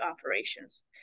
operations